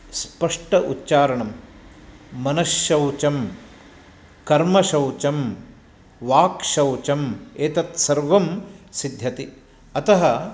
स्पष्ट उच्चारणं मनश्शौचं कर्मशौचं वाक्शौचम् एतत्सर्वं सिद्ध्यति अतः